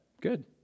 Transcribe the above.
Good